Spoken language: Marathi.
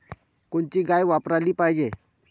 कोनची गाय वापराली पाहिजे?